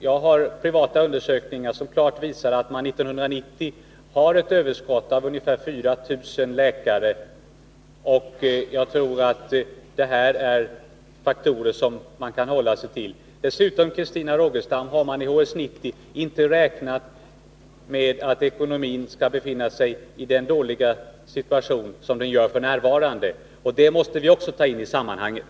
Jag har tillgång till privata undersökningar, som klart visar att man 1990 har ett överskott av ungefär 4 000 läkare, och jag tror att man kan hålla sig till de faktorerna. Dessutom har man, Christina Rogestam, inte i HS 90 räknat med att ekonomin skall befinna sig i den dåliga situation som den befinner sig i f. n. Och det måste vi också ta in i sammanhanget.